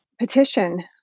petition